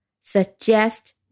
Suggest